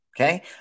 Okay